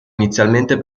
inizialmente